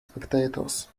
spectators